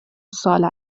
سال